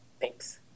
Thanks